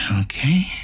Okay